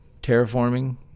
terraforming